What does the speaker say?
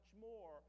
more